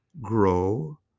grow